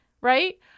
right